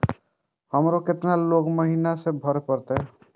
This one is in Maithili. हमरो केतना लोन महीना में भरे परतें?